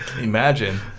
Imagine